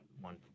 one